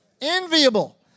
Enviable